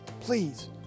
please